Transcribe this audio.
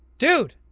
dude.